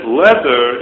leather